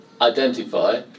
identify